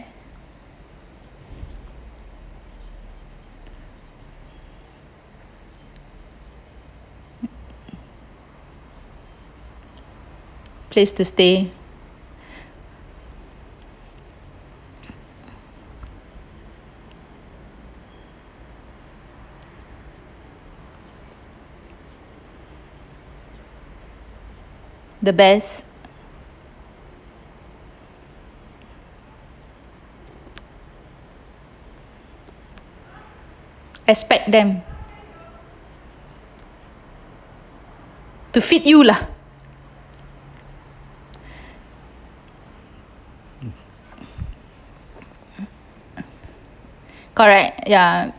place to stay the best expect them to fit you lah correct ya